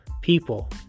people